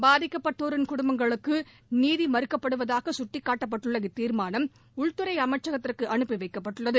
பாதிக்கப்பட்டோரின் குடும்பங்களுக்கு நீதி மறுக்கப்படுவதாக சுட்டிக்காட்டுள்ள இத்தீர்மானம் உள்துறை அமைச்சகத்திற்கு அனுப்பி வைக்கப்பட்டுள்ளது